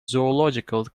zoological